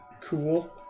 Cool